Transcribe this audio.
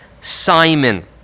Simon